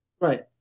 Right